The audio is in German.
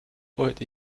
wollte